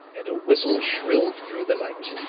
and a whistle shrilled through the night.